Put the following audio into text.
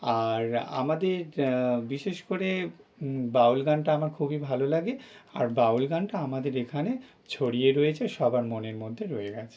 আর আমাদের বিশেষ করে বাউল গানটা আমার খুবই ভালো লাগে আর বাউল গানটা আমাদের এখানে ছড়িয়ে রয়েছে সবার মনের মধ্যে রয়ে গেছে